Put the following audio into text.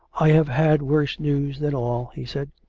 i have had worse news than all, he said.